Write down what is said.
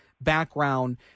background –